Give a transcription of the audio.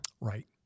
Right